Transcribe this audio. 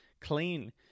clean